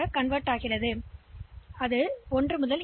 எனவே நீங்கள் கணினியில் சேமித்து வைத்திருந்தால்